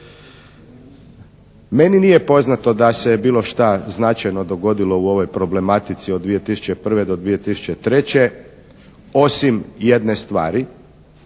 Meni nije poznato da se bilo šta značajno dogodilo u ovoj problematici od 2001. do 2003. osim jedne stvari,